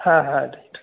হ্যাঁ হ্যাঁ ঠিক ঠিক